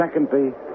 secondly